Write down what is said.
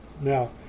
now